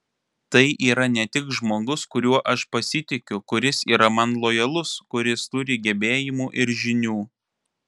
tai yra ne tik žmogus kuriuo aš pasitikiu kuris yra man lojalus kuris turi gebėjimų ir žinių